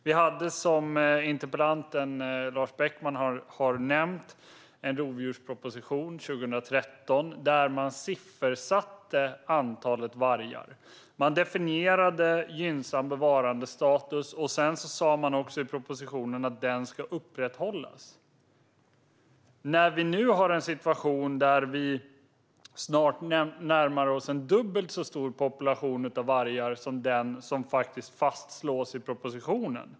Vi hade, som interpellanten Lars Beckman har nämnt, en rovdjursproposition 2013. Där siffersatte man antalet vargar. Man definierade gynnsam bevarandestatus och sa också i propositionen att bevarandestatusen skulle upprätthållas. Nu närmar vi oss snart en situation där vi har dubbelt så stor vargpopulation som den som fastslogs i propositionen.